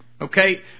Okay